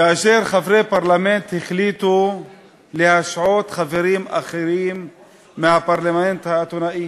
כאשר חברי פרלמנט החליטו להשעות חברים אחרים מהפרלמנט האתונאי